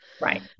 right